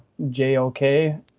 JOK